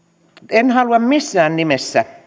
en halua missään nimessä